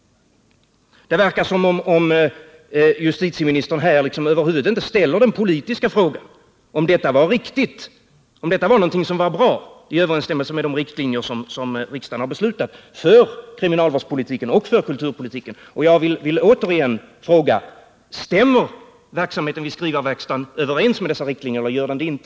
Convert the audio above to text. Det verkar som om justitieministern här, liksom över huvud taget, inte ställer den politiska frågan, om detta var riktigt och någonting som var bra och i överensstämmelse med de riktlinjer som riksdagen har beslutat om för kriminalvårdspolitiken och kulturpolitiken. Jag vill återigen fråga: Stämmer verksamheten vid skrivarverkstaden överens med dessa riktlinjer, eller gör den det inte?